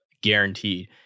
guaranteed